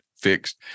fixed